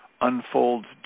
unfolds